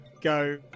go